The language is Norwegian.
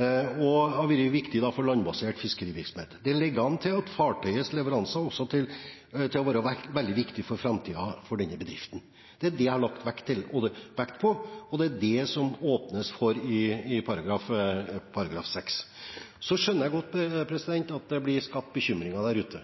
Det har vært viktig for landbasert virksomhet. Fartøyets leveranser ligger an til å være veldig viktige for framtiden til denne bedriften. Det er det jeg har lagt vekt på, og det er det som det åpnes for i § 6. Så skjønner jeg godt at det blir skapt bekymringer der ute.